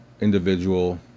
individual